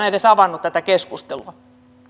edes avannut tätä keskustelua